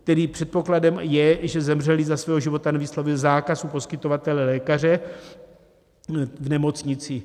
Tedy předpokladem je, že zemřelý za svého života nevyslovil zákaz u poskytovatele, lékaře v nemocnici.